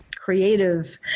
Creative